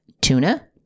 tuna